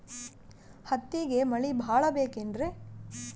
ಹತ್ತಿಗೆ ಮಳಿ ಭಾಳ ಬೇಕೆನ್ರ?